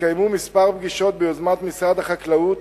התקיימו כמה פגישות ביוזמת משרד החקלאות